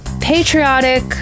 patriotic